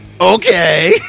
Okay